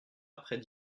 après